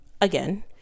again